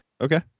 okay